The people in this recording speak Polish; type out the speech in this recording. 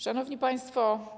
Szanowni Państwo!